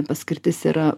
paskirtis yra